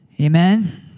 Amen